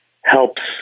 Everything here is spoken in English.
helps